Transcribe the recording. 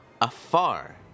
afar